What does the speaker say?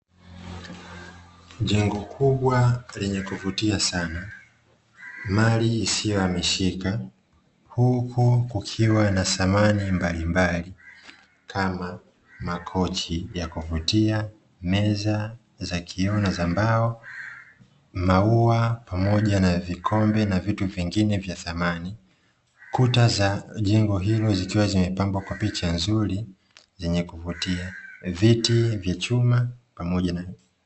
Jengo kubwa lenye kuvutia sana mali isiyohamishika. Huku kukiwa na samani mbalimbali kama; makochi ya kuvutia, meza za kioo na za mbao, maua pamoja na vikombe na vitu vingine vya thamani. Kuta za jengo hilo zikiwa zimepambwa na picha nzuri yenye kuvutia, viti vya chuma pamoja na.